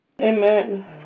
Amen